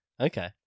Okay